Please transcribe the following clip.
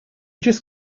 just